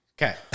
Okay